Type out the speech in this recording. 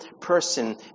person